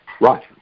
Right